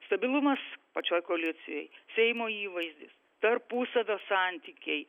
stabilumas pačioj koalicijoj seimo įvaizdis tarpusavio santykiai